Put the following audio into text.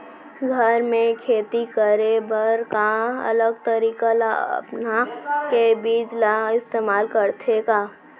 घर मे खेती करे बर का अलग तरीका ला अपना के बीज ला इस्तेमाल करथें का?